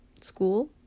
school